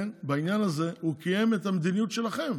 בעניין הזה הוא קיים את המדיניות שלכם